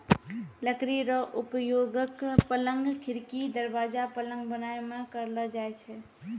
लकड़ी रो उपयोगक, पलंग, खिड़की, दरबाजा, पलंग बनाय मे करलो जाय छै